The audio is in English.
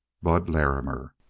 bud larrimer.